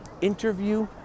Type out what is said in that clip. interview